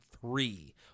three